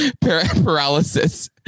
Paralysis